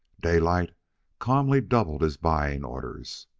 daylight calmly doubled his buying orders.